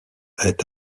est